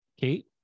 Kate